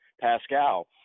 Pascal